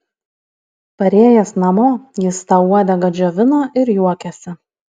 parėjęs namo jis tą uodegą džiovino ir juokėsi